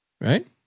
right